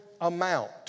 amount